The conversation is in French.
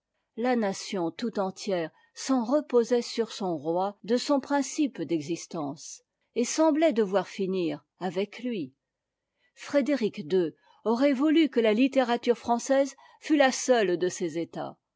la nation tout entière s'en reposait sur son roi de son principe d'existence et semblait devoir finir avec lui frédéric ii aurait voulu que la littérature française fût la seule de ses états